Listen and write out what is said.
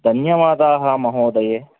धन्यवादाः महोदये